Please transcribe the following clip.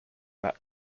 that